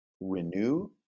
renew